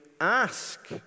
ask